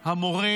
רבותיי.